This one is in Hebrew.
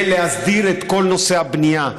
ולהסדיר את כל נושא הבנייה.